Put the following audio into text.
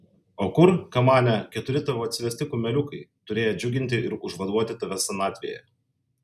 o kur kamane keturi tavo atsivesti kumeliukai turėję džiuginti ir užvaduoti tave senatvėje